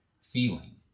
feeling